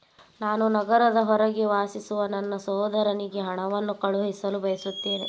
ನಾನು ನಗರದ ಹೊರಗೆ ವಾಸಿಸುವ ನನ್ನ ಸಹೋದರನಿಗೆ ಹಣವನ್ನು ಕಳುಹಿಸಲು ಬಯಸುತ್ತೇನೆ